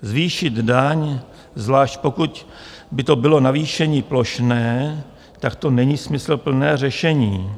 Zvýšit daň, zvlášť pokud by to bylo navýšení plošné, tak to není smysluplné řešení.